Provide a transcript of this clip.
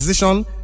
Position